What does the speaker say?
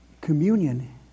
communion